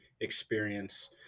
experience